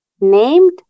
named